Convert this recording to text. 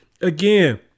again